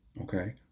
Okay